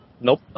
Nope